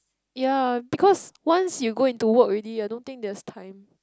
ya because once you go into work already I don't think there's time